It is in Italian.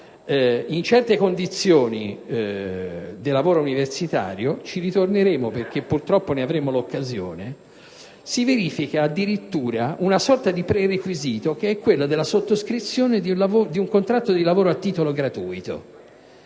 in certe condizioni di lavoro universitario - ci ritorneremo perché purtroppo ne avremo l'occasione - si verifica addirittura una sorta di prerequisito che corrisponde alla sottoscrizione di un contratto di lavoro a titolo gratuito.